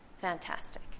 Fantastic